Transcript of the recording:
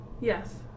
yes